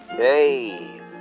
Hey